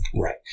Right